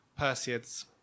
Perseids